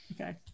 Okay